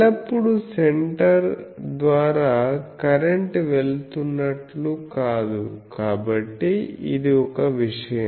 ఎల్లప్పుడూ సెంటర్ ద్వారా కరెంట్ వెళుతున్నట్లు కాదు కాబట్టి ఇది ఒక విషయం